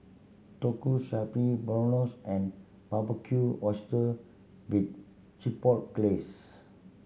Tonkatsu Spaghetti Bolognese and Barbecued Oyster with Chipotle Glaze